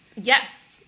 yes